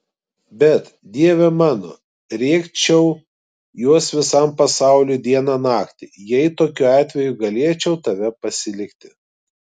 bet dieve mano rėkčiau juos visam pasauliui dieną naktį jei tokiu atveju galėčiau tave pasilikti